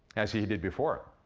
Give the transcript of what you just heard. as he did before.